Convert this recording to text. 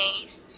days